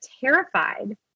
terrified